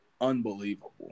unbelievable